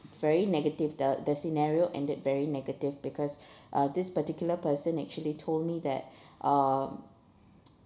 very negative the the scenario ended very negative because uh this particular person actually told me that uh